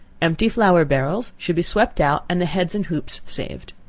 empty flour barrels should be swept out and the heads and hoops saved.